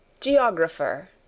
Geographer